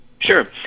Sure